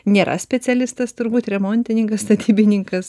nėra specialistas turbūt remontininkas statybininkas